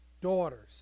daughters